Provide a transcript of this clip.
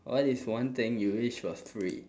what is one thing you wish was free